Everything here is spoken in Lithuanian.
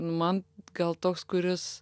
nu man gal toks kuris